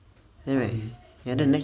then right ya then